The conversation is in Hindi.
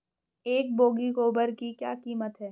एक बोगी गोबर की क्या कीमत है?